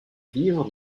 vivre